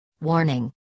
Warning